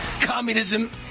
communism